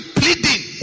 pleading